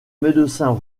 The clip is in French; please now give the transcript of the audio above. médecins